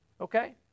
Okay